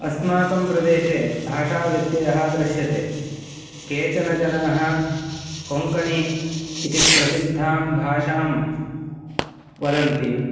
अस्माकं प्रदेशे भाषाव्यत्ययः दृश्यते केचन जनाः कोङ्कणि इति प्रसिद्धां भाषां वदन्ति